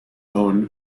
owned